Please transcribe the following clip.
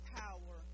power